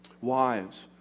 Wives